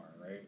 right